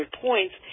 points